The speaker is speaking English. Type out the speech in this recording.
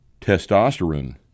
testosterone